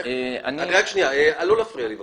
רק שנייה, לא להפריע לי בבקשה.